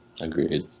Agreed